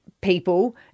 people